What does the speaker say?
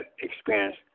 experience